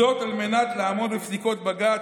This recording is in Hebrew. זאת על מנת לעמוד בפסיקות בג"ץ,